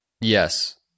Yes